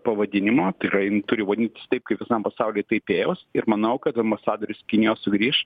pavadinimo tikrai jin turi vadintis taip kaip visam pasauly taipėjaus ir manau kad ambasadorius kinijos sugrįš